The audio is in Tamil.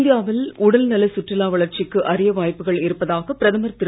இந்தியாவில் உடல் நல சுற்றுலா வளர்ச்சிக்கு அரிய வாய்ப்புகள் இருப்பதாக பிரதமர் திரு